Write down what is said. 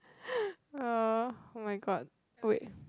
uh oh my god wait